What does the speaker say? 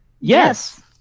Yes